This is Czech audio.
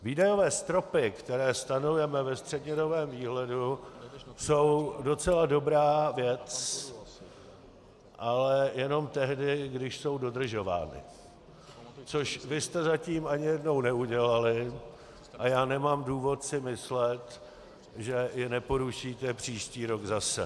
Výdajové stropy, které stanovujeme ve střednědobém výhledu, jsou docela dobrá věc, ale jenom tehdy, když jsou dodržovány, což vy jste zatím ani jednou neudělali, a já nemám důvod si myslet, že je neporušíte příští rok zase.